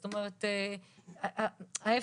ההיפך,